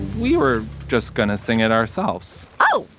we were just going to sing it ourselves oh,